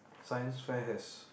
science fair has